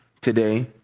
today